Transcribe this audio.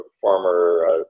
former